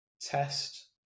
test